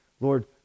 Lord